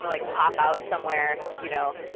like, pop out somewhere, you know.